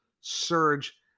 Surge